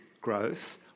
growth